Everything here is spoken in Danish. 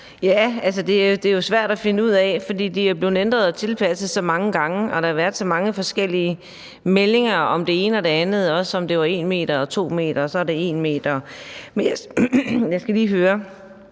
Det er jo svært at finde ud af, for de er blevet ændret og tilpasset så mange gange, og der har været så mange forskellige meldinger om det ene og det andet, også om det var 1 m eller 2 m, og nu er det 1 m igen. I forhold til det,